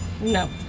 No